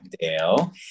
Dale